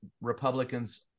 Republicans